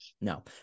No